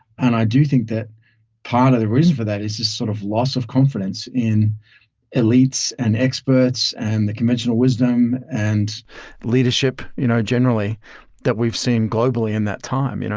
and i do think that part of the reason for that is just sort of loss of confidence in elites, and experts, and the conventional wisdom, and the leadership you know generally that we've seen globally in that time. you know